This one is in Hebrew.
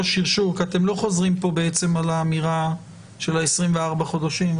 השרשור כי אתם לא חוזרים פה על האמירה של ה-24 חודשים.